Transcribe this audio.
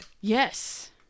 Yes